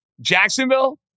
Jacksonville